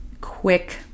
quick